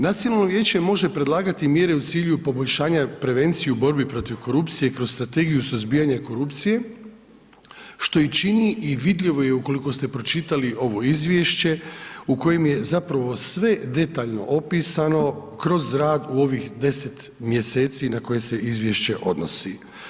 Nacionalno vijeće može predlagati mjere u cilju poboljšanja prevencije u borbi protiv korupcije kroz Strategiju suzbijanja korupcije što i čini i vidljivo je ukoliko ste pročitali ovo izvješće u kojem je zapravo sve detaljno opisano kroz rad u ovih 10 mjeseci na koje se izvješće odnosi.